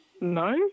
No